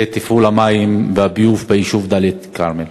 תפעול המים והביוב ביישוב דאלית-אל-כרמל,